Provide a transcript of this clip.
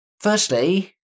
Firstly